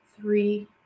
three